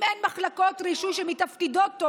אם אין מחלקות רישוי שמתפקדות טוב